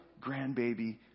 grandbaby